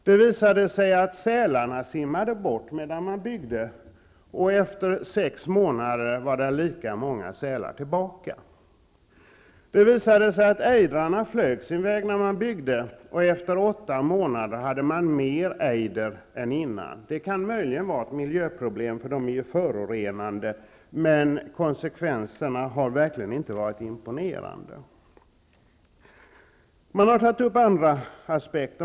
Det visade sig att sälarna simmade bort medan man byggde. Efter sex månader var lika många sälar tillbaka. Ejdrarna flög sin väg medan man byggde, och efter åtta månader hade man mer ejder än innan. Det kan möjligen vara ett miljöproblem, för de är ju förorenande. Men konsekvenserna har verkligen inte varit imponerande. Andra aspekter har tagits upp.